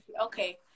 okay